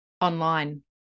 online